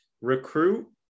recruit